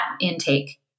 intake